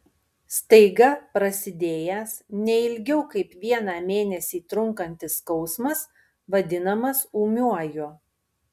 staiga prasidėjęs ne ilgiau kaip vieną mėnesį trunkantis skausmas vadinamas ūmiuoju